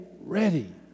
ready